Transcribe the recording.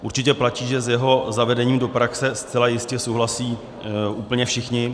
Určitě platí, že s jeho zavedením do praxe zcela jistě souhlasí úplně všichni.